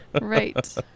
Right